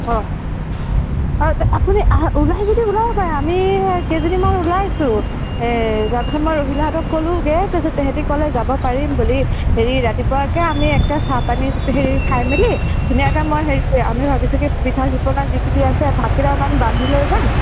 অ আপুনি ওলাই যদি ওলাব পাৰে আমি কেইজনীমান ওলাইছোঁ তাৰপিছত মই ৰহিলাহঁতক ক'লোগৈ তাৰপিছত তেহেঁতি ক'লে যাব পাৰিম বুলি হেৰি ৰাতিপুৱাকৈ আমি একদম চাহপানী হেৰি খাই মেলি ধুনীয়াকৈ মই হেৰি আমি ভাবিছোঁ কি পিঠা পনা যি যি আছে ভাত কেইটামান বান্ধি লৈ যাম